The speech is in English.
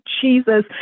Jesus